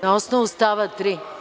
Na osnovu stava 3.